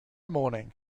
morning